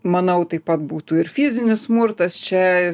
manau taip pat būtų ir fizinis smurtas čia